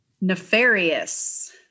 Nefarious